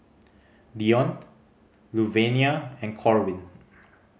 Deonte Luvenia and Corwin